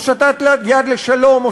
הושטת יד לשלום,